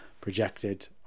projected